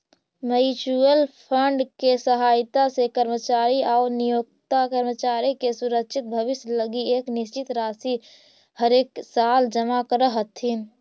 mutual fund के सहायता से कर्मचारी आउ नियोक्ता कर्मचारी के सुरक्षित भविष्य लगी एक निश्चित राशि हरेकसाल जमा करऽ हथिन